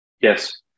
Yes